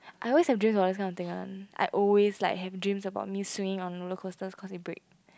I always have dreams about this kind of thing one I always like have dreams about me swinging on roller coasters cause it break